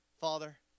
Father